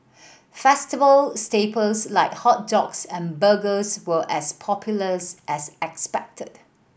festival staples like hot dogs and burgers were as popular's as expected